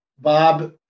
Bob